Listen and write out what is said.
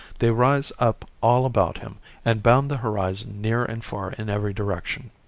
they rise up all about him and bound the horizon near and far in every direction.